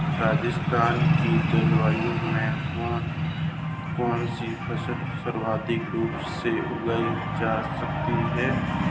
राजस्थान की जलवायु में कौन कौनसी फसलें सर्वोत्तम रूप से उगाई जा सकती हैं?